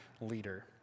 leader